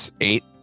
eight